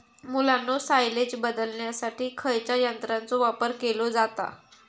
मुलांनो सायलेज बदलण्यासाठी खयच्या यंत्राचो वापर केलो जाता?